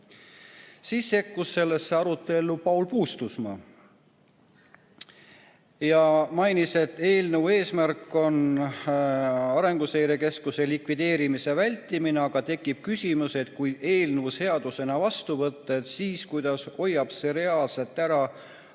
Siis sekkus arutellu Paul Puustusmaa, kes mainis, et eelnõu eesmärk on Arenguseire Keskuse likvideerimise vältimine, aga tekib küsimus, et kui eelnõu seadusena vastu võtta, siis kuidas hoiab see reaalselt ära